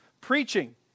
preaching